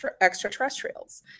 extraterrestrials